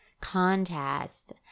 contest